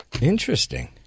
Interesting